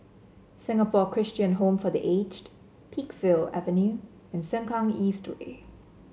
Singapore Christian Home for The Aged Peakville Avenue and Sengkang East Way